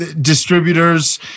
distributors